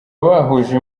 bahuje